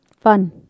fun